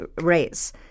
rates